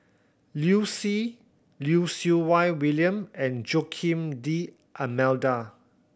Liu Si Lim Siew Wai William and Joaquim D'Almeida